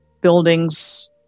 buildings